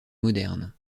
moderne